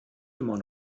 immer